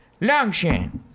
Longshan